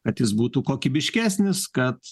kad jis būtų kokybiškesnis kad